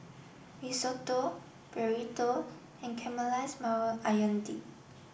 Risotto Burrito and Caramelized Maui Onion Dip